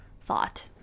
thought